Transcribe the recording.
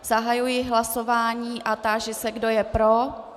Zahajuji hlasování a táži se, kdo je pro.